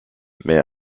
mais